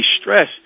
stress